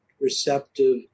receptive